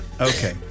Okay